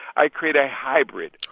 i create a hybrid.